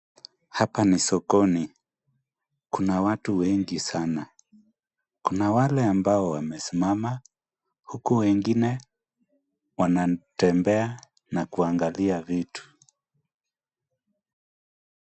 Hapa ni sokoni. Kuna watu wengi sana. Kuna wale ambao wamesimama, huku wengine wanatembea na kuangalia vitu.